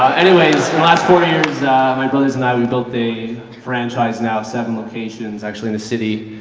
anyways, last four years my brothers and i, we built the franchise now seven locations actually in the city.